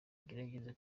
ngerageza